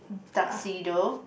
tuxedo